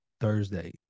Thursday